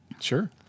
Sure